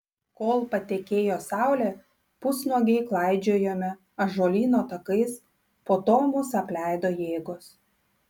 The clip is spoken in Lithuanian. kol patekėjo saulė pusnuogiai klaidžiojome ąžuolyno takais po to mus apleido jėgos